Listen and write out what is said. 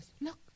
look